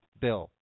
bill